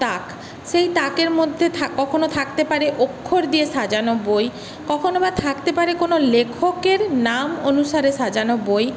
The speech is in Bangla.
তাক সেই তাকের মধ্যে থাক কখনও থাকতে পারে অক্ষর দিয়ে সাজানো বই কখনও বা থাকতে পারে কোনও লেখকের নাম অনুসারে সাজানো বই